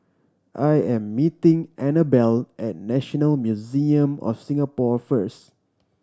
I am meeting Annabell at National Museum of Singapore first